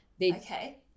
okay